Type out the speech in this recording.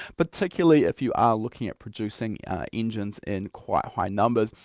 but particularly if you are looking at producing engines in quite high numbers.